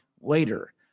later